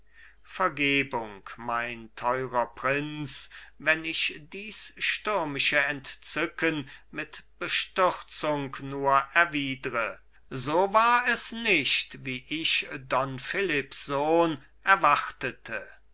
vergebung mein teurer prinz wenn ich dies stürmische entzücken mit bestürzung nur erwidre so war es nicht wie ich don philipps sohn erwartete